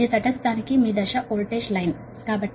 ఇది మీ phase voltage line నుండి న్యూట్రాల్ కి